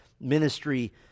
ministry